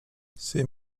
ces